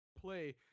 play